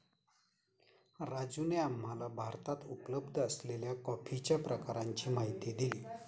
राजूने आम्हाला भारतात उपलब्ध असलेल्या कॉफीच्या प्रकारांची माहिती दिली